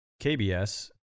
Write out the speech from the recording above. KBS